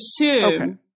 assume